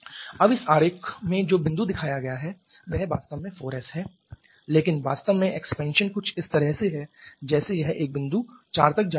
अब इस आरेख में जो बिंदु दिखाया गया है वह वास्तव में 4s है लेकिन वास्तव में एक्सपेंशन कुछ इस तरह से है जैसे यह एक बिंदु 4 तक जा रहा हो